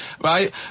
right